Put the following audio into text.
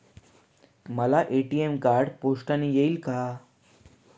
मला ATM card पोस्टाने येईल का?